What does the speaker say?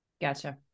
Gotcha